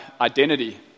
identity